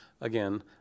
again